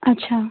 अच्छा